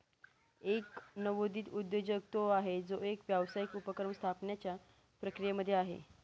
एक नवोदित उद्योजक तो आहे, जो एक व्यावसायिक उपक्रम स्थापण्याच्या प्रक्रियेमध्ये आहे